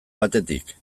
batetik